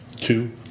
Two